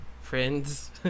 friends